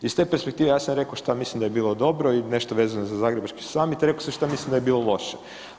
Iz te perspektive ja sam reko šta mislim da bi bilo dobro i nešto vezano za Zagrebački samit, reko sam šta mislim da je bilo loše.